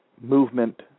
movement